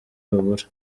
babura